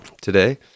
today